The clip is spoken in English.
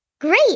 Great